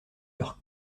leur